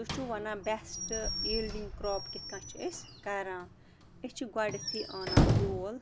تُہۍ چھِو وَنان بیسٹ ییٖلڈِنٛگ کرٛاپ کِتھ کٔنۍ چھِ أسۍ کَران أسۍ چھِ گۄڈنٮ۪تھٕے اَنان بیول